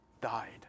died